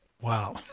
Wow